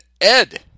Ed